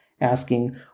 asking